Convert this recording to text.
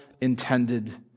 intended